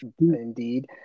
Indeed